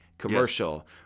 commercial